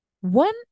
one